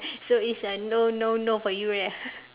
so it's a no no no for you right